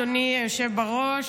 אדוני היושב בראש.